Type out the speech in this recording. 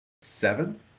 seven